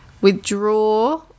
withdraw